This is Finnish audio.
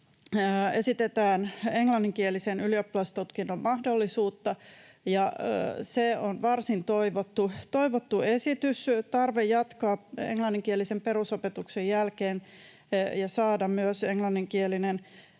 esitetään englanninkielisen ylioppilastutkinnon mahdollisuutta, ja se on varsin toivottu esitys. Tarvetta jatkaa englanninkielisen perusopetuksen jälkeen ja saada myös englanninkielinen